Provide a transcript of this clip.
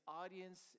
audience